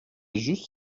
juste